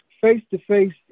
face-to-face